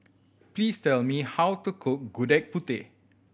please tell me how to cook Gudeg Putih